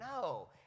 no